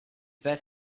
that